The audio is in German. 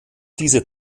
diese